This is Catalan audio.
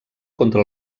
contra